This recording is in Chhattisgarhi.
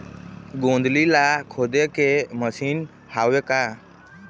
गोंदली ला खोदे के मशीन हावे का?